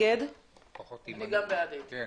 הצבעה בעד, 9 נגד,